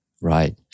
Right